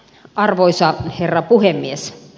arvoisa herra puhemies